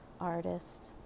artist